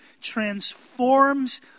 transforms